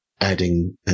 adding